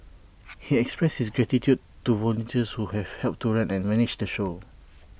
he expressed his gratitude to volunteers who have helped to run and manage the show